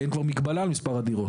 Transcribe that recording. כי אין כבר מגבלה על מספר הדירות.